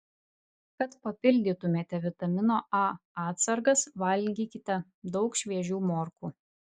kad papildytumėte vitamino a atsargas valgykite daug šviežių morkų